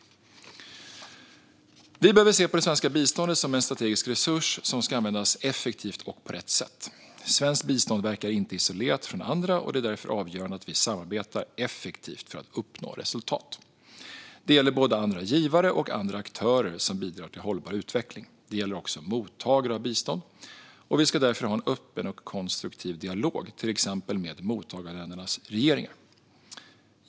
Vi behöver se på det svenska biståndet som en strategisk resurs som ska användas effektivt och på rätt sätt. Svenskt bistånd verkar inte isolerat från andra, och det är därför avgörande att vi samarbetar effektivt för att uppnå resultat. Det gäller både andra givare och andra aktörer som bidrar till hållbar utveckling. Det gäller också mottagare av bistånd, och vi ska därför ha en öppen och konstruktiv dialog med till exempel mottagarländernas regeringar.